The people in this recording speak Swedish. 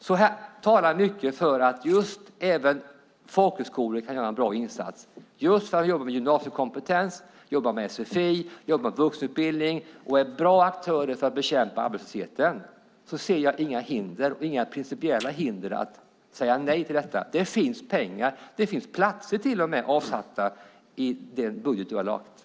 Mycket talar alltså för att även folkhögskolor kan göra en bra insats genom att jobba med gymnasiekompetens, sfi, vuxenutbildning. De är bra aktörer i bekämpningen av arbetslösheten. Jag ser inga principiella hinder för att säga nej till satsningen. Det finns pengar i den budget utbildningsministern lagt fram. Och det finns platser.